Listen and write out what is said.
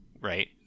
right